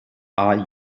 are